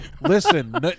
listen